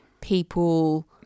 people